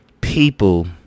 people